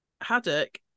Haddock